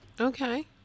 Okay